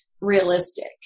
realistic